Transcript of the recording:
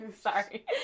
sorry